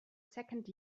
second